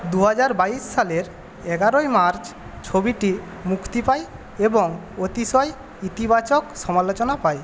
দু হাজার বাইশ সালের এগারোই মার্চ ছবিটি মুক্তি পায় এবং অতিশয় ইতিবাচক সমালোচনা পায়